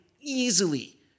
easily